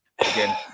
again